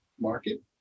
market